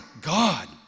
god